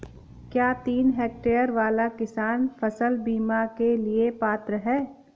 क्या तीन हेक्टेयर वाला किसान फसल बीमा के लिए पात्र हैं?